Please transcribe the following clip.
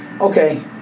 Okay